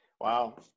Wow